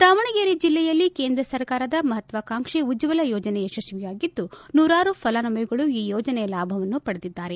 ದಾವಣಗೆರೆ ಜಿಲ್ಲೆಯಲ್ಲಿ ಕೇಂದ್ರ ಸರ್ಕಾರದ ಮಹತ್ವಾಕಾಂಕ್ಷಿ ಉಜ್ವಲ ಯೋಜನೆ ಯಶಸ್ವಿಯಾಗಿದ್ದು ನೂರಾರು ಫಲಾನುಭವಿಗಳು ಈ ಯೋಜನೆಯ ಲಾಭವನ್ನು ಪಡೆದಿದ್ದಾರೆ